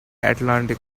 atlantic